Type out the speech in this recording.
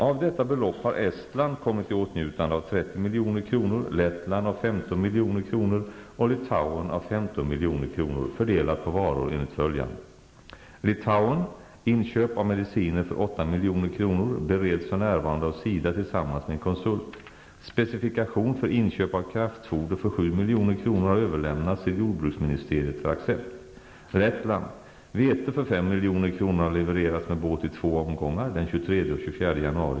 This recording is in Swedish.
Av detta belopp har Estland kommit i åtnjutande av 30 Litauen: Inköp av mediciner för 8 milj.kr. bereds för närvarande av SIDA tillsammans med en konsult. Specifikation för inköp av kraftfoder för 7 milj.kr. har överlämnats till jordbruksministeriet för accept.